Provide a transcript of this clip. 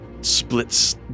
splits